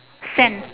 sand